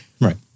right